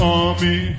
army